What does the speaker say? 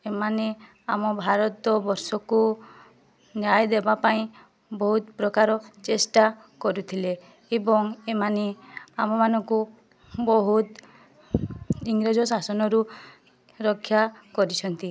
ଏମାନେ ଆମ ଭାରତବର୍ଷକୁ ନ୍ୟାୟ ଦେବା ପାଇଁ ବହୁତ ପ୍ରକାର ଚେଷ୍ଟା କରୁଥିଲେ ଏବଂ ଏମାନେ ଆମମାନଙ୍କୁ ବହୁତ ଇଂରେଜ ଶାସନରୁ ରକ୍ଷା କରିଛନ୍ତି